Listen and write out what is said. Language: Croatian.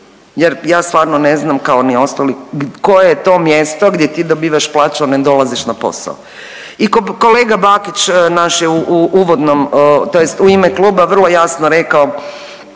Jer ja stvarno ne znam kao ni ostali koje je to mjesto gdje ti dobivaš plaću, a ne dolaziš na posao? I kolega Bakić naš je u uvodnom, tj. u ime kluba vrlo jasno rekao